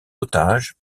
otage